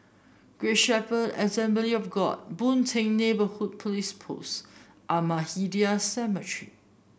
Great Shepherd Assembly of God Boon Teck Neighbourhood Police Post Ahmadiyya Cemetery